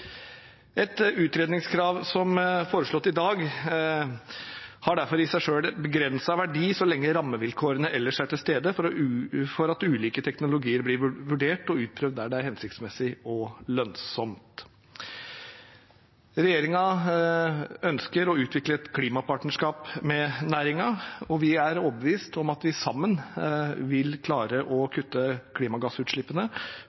Et utredningskrav, som foreslått i dag, har derfor i seg selv en begrenset verdi så lenge rammevilkårene ellers er til stede for at ulike teknologier blir vurdert og utprøvd der det er hensiktsmessig og lønnsomt. Regjeringen ønsker å utvikle et klimapartnerskap med næringen, og vi er overbevist om at vi sammen vil klare å